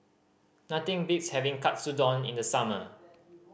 nothing beats having Katsudon in the summer